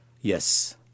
Yes